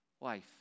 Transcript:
life